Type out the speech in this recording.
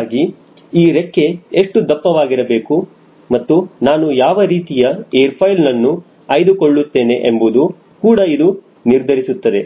ಹೀಗಾಗಿ ಈ ರೆಕ್ಕೆ ಎಷ್ಟು ದಪ್ಪ ವಾಗಿರಬೇಕು ಮತ್ತು ನಾನು ಯಾವ ರೀತಿಯ ಏರ್ ಫಾಯ್ಲ್ ನನ್ನು ಆಯ್ದುಕೊಳ್ಳುತ್ತೇನೆ ಎಂಬುದು ಕೂಡ ಇದು ನಿರ್ಧರಿಸುತ್ತದೆ